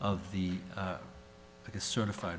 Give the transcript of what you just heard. of the is certified